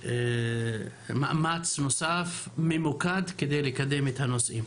ומאמץ נוסף כדי לקדם את הנושאים.